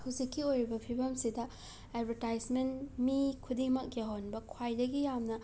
ꯍꯨꯖꯤꯛꯀꯤ ꯑꯣꯏꯔꯤꯕ ꯐꯤꯕꯝꯁꯤꯗ ꯑꯦꯗꯕꯔꯇꯥꯏꯁꯃꯦꯟ ꯃꯤ ꯈꯨꯗꯤꯡꯃꯛ ꯌꯧꯍꯟꯕ ꯈ꯭ꯋꯥꯏꯗꯒꯤ ꯌꯥꯝꯅ